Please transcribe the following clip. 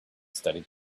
studied